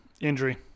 injury